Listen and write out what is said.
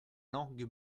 langue